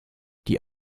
die